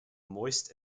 moist